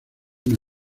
una